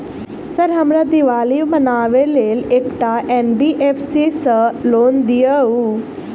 Sir हमरा दिवाली मनावे लेल एकटा एन.बी.एफ.सी सऽ लोन दिअउ?